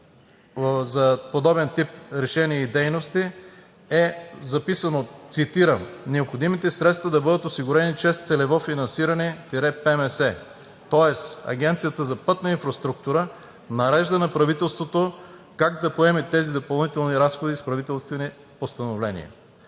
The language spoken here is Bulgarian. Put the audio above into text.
за подобен тип решения и дейности е записано, цитирам: „Необходимите средства да бъдат осигурени чрез целево финансиране – ПМС“, тоест Агенцията за пътна инфраструктура нарежда на правителството как да поеме тези допълнителни разходи с правителствени постановления.